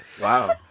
Wow